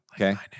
Okay